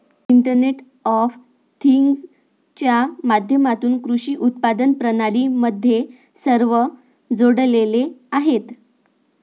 internet of थिंग्जच्या माध्यमातून कृषी उत्पादन प्रणाली मध्ये सर्व जोडलेले आहेत